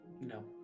No